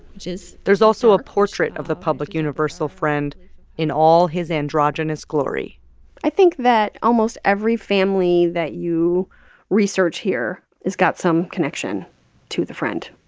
which is. there's also a portrait of the public universal friend in all his androgynous glory i think that almost every family that you research here has got some connection to the friend.